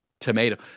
tomato